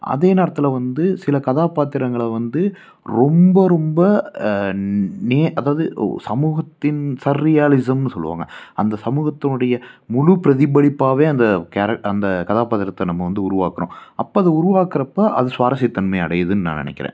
அதே நேரத்தில் வந்து சில கதாபாத்திரங்களை வந்து ரொம்ப ரொம்ப நே அதாவது சமூகத்தின் சர் ரியாலிஸம்னு சொல்லுவாங்கள் அந்த சமூகத்தினுடைய முழு பிரதிபலிப்பாகவே அந்த கேரக்ட் அந்த கதாபாத்திரத்தை நம்ம வந்து உருவாக்குகிறோம் அப்போ அதை உருவாக்குறப்போ அது சுவாரசிய தன்மை அடையிதுன்னு நான் நினைக்கிறேன்